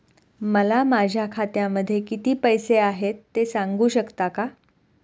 मला माझ्या खात्यामध्ये किती पैसे आहेत ते सांगू शकता का?